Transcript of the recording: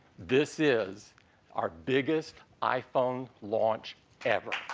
this is our biggest iphone launch ever.